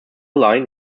line